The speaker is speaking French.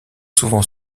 souvent